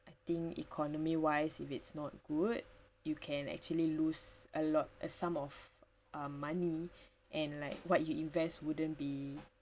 I think economy wise if it's not good you can actually lose a lot a sum of uh money and like what you invest wouldn't be